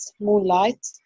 moonlight